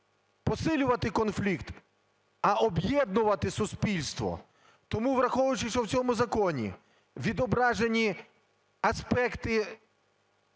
посилювати конфлікт, а об'єднувати суспільство. Тому, враховуючи, що в цьому законі відображені аспекти